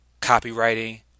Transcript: copywriting